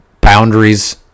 boundaries